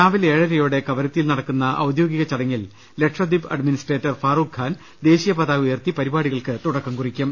രാവിലെ ഏഴര യോടെ കവരത്തിയിൽ നടക്കുന്ന ഔദ്യോഗിക് ചടങ്ങിൽ ലക്ഷദ്വീപ് അഡ്മിനി സ്ട്രേറ്റർ ഫാറൂഖ് ഖാൻ ദേശീയപതാക ഉയർത്തി പരിപാടികൾക്ക് തുടക്കം കുറി ക്കും